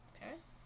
Paris